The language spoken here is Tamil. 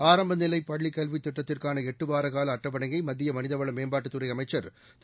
ஆரம்ப நிலை பள்ளி கல்வித் திட்டத்திற்கான எட்டு வார கால அட்டவணையை மத்திய மனித வள மேம்பாட்டுத் துறை அமைச்சர் திரு